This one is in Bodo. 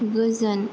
गोजोन